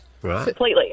Completely